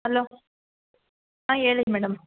hello ಆಂ ಹೇಳಿ madam